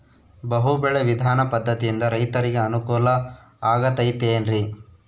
ಬಹು ಬೆಳೆ ವಿಧಾನ ಪದ್ಧತಿಯಿಂದ ರೈತರಿಗೆ ಅನುಕೂಲ ಆಗತೈತೇನ್ರಿ?